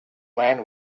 man